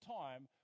time